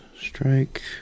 Strike